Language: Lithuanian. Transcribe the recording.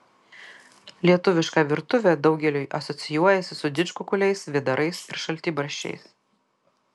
lietuviška virtuvė daugeliui asocijuojasi su didžkukuliais vėdarais ir šaltibarščiais